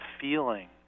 feeling